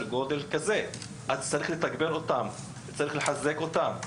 גודל כזה ולכן צריך לתגבר ולחזק אותן.